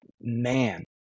man